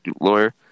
lawyer